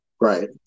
Right